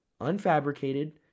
unfabricated